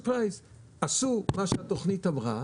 עשו מה שהתוכנית אמרה